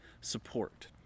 support